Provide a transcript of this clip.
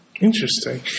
Interesting